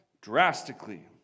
drastically